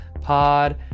pod